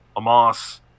Amos